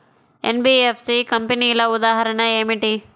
NBFC కంపెనీల ఉదాహరణ ఏమిటి?